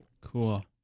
Cool